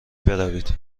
بروید